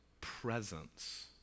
presence